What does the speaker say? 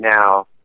now